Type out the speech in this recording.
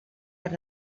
per